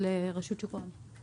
של רשות שוק ההון.